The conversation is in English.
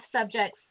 subjects